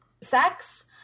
sex